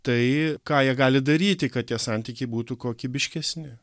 tai ką jie gali daryti kad tie santykiai būtų kokybiškesni